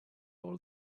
all